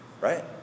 right